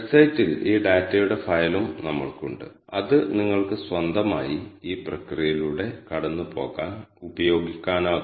csv table ഫോർമാറ്റിൽ ഒരു file വായിക്കുകയും അതിൽ നിന്ന് ഒരു ഡാറ്റ ഫ്രെയിം സൃഷ്ടിക്കുകയും ചെയ്യുന്നു